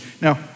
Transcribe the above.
Now